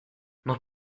not